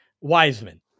Wiseman